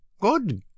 good